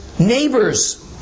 Neighbors